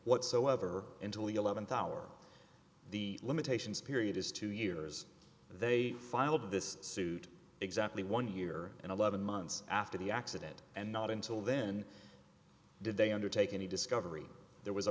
the eleventh hour the limitations period is two years they filed this suit exactly one year and eleven months after the accident and not until then did they undertake any discovery there was a